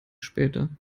später